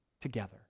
together